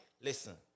listen